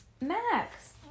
Max